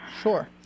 Sure